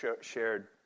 shared